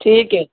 ਠੀਕ ਹੈ